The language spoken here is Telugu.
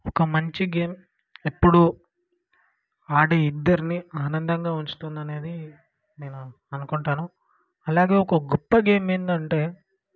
ఒక మంచి గేమ్ ఎప్పుడూ ఆడే ఇద్దరినీ ఆనందంగా ఉంచుతుందనేది నేను అనుకుంటాను అలాగే ఒక గొప్ప గేమ్ ఏంటంటే